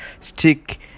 stick